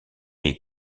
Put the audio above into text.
est